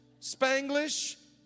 Spanglish